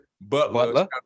Butler